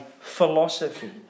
philosophy